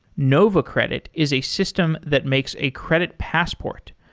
nova credit is a system that makes a credit passport.